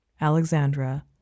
Alexandra